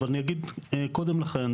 אבל אני אגיד קודם לכן,